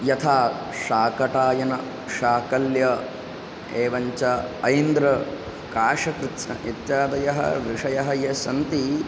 यथा शाकटायनः शाकल्यः एवञ्च ऐन्द्रः काशकृत्स्नः इत्यादयः विषयाः ये सन्ति